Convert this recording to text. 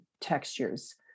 textures